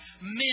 men